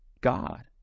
God